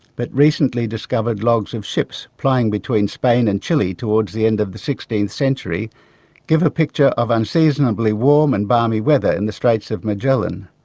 but recently discovered logs of ships plying between spain and chile towards the end of the sixteenth century give a picture of unseasonably warm and balmy weather in the straits of magellan.